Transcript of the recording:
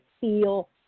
feel